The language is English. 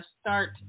start